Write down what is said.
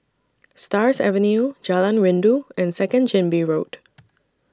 Stars Avenue Jalan Rindu and Second Chin Bee Road